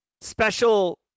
special